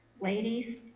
Ladies